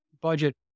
budget